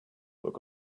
look